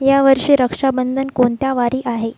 या वर्षी रक्षाबंधन कोणत्या वारी आहे